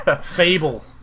Fable